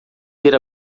ter